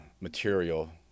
material